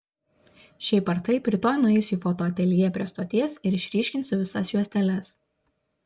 šiaip ar taip rytoj nueisiu į fotoateljė prie stoties ir išryškinsiu visas juosteles